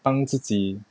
帮自己